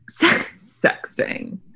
Sexting